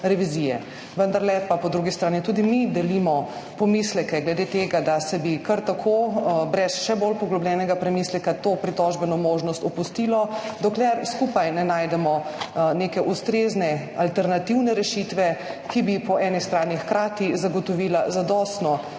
Vendarle pa po drugi strani tudi mi delimo pomisleke glede tega, da bi se kar tako, brez še bolj poglobljenega premisleka to pritožbeno možnost opustilo, dokler skupaj ne najdemo neke ustrezne alternativne rešitve, ki bi po eni strani hkrati zagotovila zadostno pravno